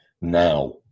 now